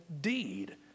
deed